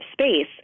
space